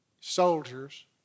soldiers